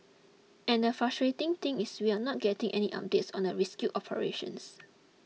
and the frustrating thing is we are not getting any updates on the rescue operations